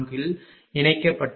இல் இணைக்கப்பட்டுள்ளது